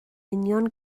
union